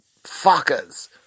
fuckers